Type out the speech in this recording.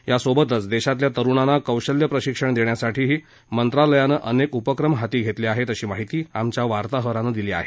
यासोबतच देशातल्या तरुणांना कौशल्य प्रशिक्षण देण्यासाठीही मंत्रालयानं अनेक उपक्रम हाती घेतले आहेत अशी माहिती आमच्या वार्ताहरांन दिली आहे